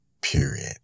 period